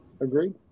Agreed